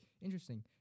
Interesting